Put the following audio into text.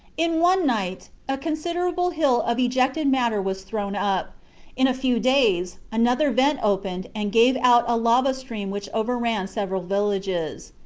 in one night a considerable hill of ejected matter was thrown up in a few days another vent opened and gave out a lava stream which overran several villages.